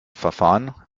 verfahren